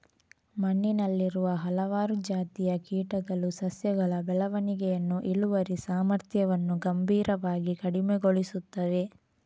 ಮಣ್ಣಿನಲ್ಲಿರುವ ಹಲವಾರು ಜಾತಿಯ ಕೀಟಗಳು ಸಸ್ಯಗಳ ಬೆಳವಣಿಗೆಯನ್ನು, ಇಳುವರಿ ಸಾಮರ್ಥ್ಯವನ್ನು ಗಂಭೀರವಾಗಿ ಕಡಿಮೆಗೊಳಿಸುತ್ತವೆ